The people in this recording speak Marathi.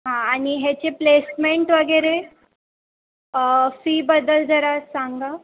हां आणि ह्याचे प्लेसमेंट वगैरे फीबद्दल जरा सांगा